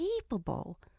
capable